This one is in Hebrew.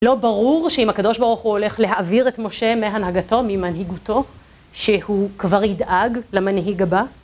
לא ברור שאם הקדוש ברוך הוא הולך להעביר את משה מהנהגתו ממנהיגותו שהוא כבר ידאג למנהיג הבא?